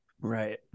Right